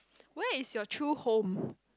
where is your true home